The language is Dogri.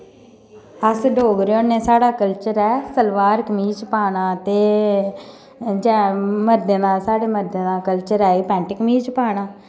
अस डोगरे होन्ने साढ़ा कल्चर ऐ सलवार कमीच पाना ते जां मर्दें दा साढ़े मर्दें दा कल्चर ऐ एह् पैंट कमीच पाना